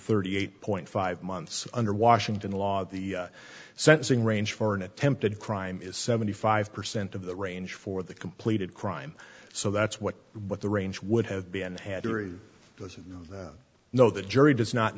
thirty eight point five months under washington law the sentencing range for an attempted crime is seventy five percent of the range for the completed crime so that's what what the range would have been had jury doesn't know the jury does not